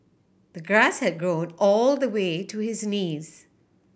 the grass had grown all the way to his knees